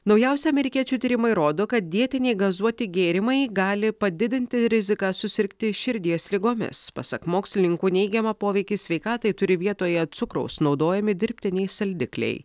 naujausi amerikiečių tyrimai rodo kad dietiniai gazuoti gėrimai gali padidinti riziką susirgti širdies ligomis pasak mokslininkų neigiamą poveikį sveikatai turi vietoje cukraus naudojami dirbtiniai saldikliai